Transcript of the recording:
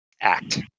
act